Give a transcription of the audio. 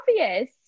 obvious